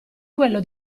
quello